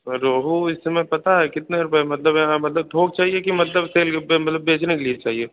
रोहू इस समय पता है कितने रुपये है मतलब यहाँ मतलब थोक चहिए मतलब मतलब बेचने के लिए चाहिए